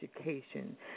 education